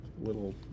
little